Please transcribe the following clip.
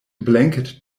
blanket